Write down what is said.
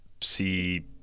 see